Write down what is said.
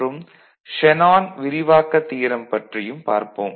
மற்றும் ஷேனான் விரிவாக்க தியரம் பற்றியும் பார்ப்போம்